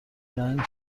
جنگ